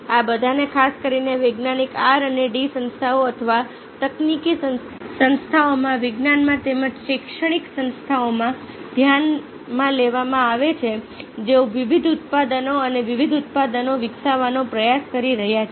આ બધાને ખાસ કરીને વૈજ્ઞાનિક R અને D સંસ્થાઓ અથવા તકનીકી સંસ્થાઓમાં વિજ્ઞાનમાં તેમજ શૈક્ષણિક સંસ્થાઓમાં ધ્યાનમાં લેવામાં આવે છે જેઓ વિવિધ ઉત્પાદનો અને વિવિધ ઉત્પાદનો વિકસાવવાનો પ્રયાસ કરી રહ્યાં છે